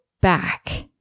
back